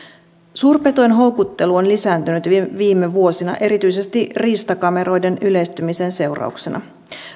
suurpetojen houkuttelu on lisääntynyt viime vuosina erityisesti riistakameroiden yleistymisen seurauksena